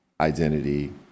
identity